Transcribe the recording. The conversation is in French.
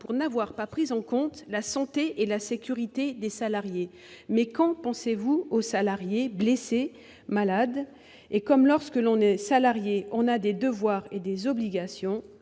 pour n'avoir pas pris en compte la santé et la sécurité des salariés. Mais quand pensez-vous aux salariés blessés ou malades ? Les salariés ont des devoirs et des obligations